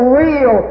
real